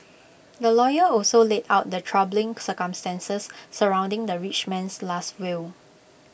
the lawyer also laid out the troubling circumstances surrounding the rich man's Last Will